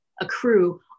accrue